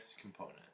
Component